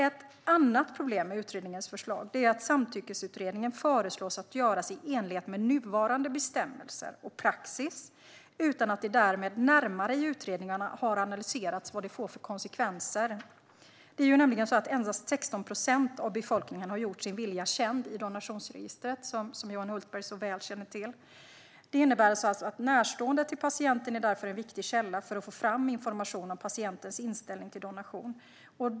Ett annat problem med utredningens förslag är att samtyckesutredningen föreslås att göras i enlighet med nuvarande bestämmelser och praxis utan att det därmed har analyserats närmare i utredningarna vad det får för konsekvenser. Det är nämligen så att endast 16 procent av befolkningen har gjort sin vilja känd i donationsregistret, vilket Johan Hultberg så väl känner till. Det innebär alltså att närstående till patienten därför är en viktig källa för att få fram information om patientens inställning till donation.